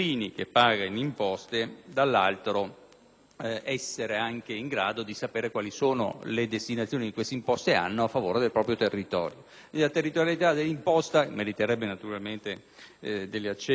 la territorialità dell'imposta, che meriterebbe naturalmente accenni molto più approfonditi, è comunque un elemento che